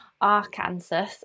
Arkansas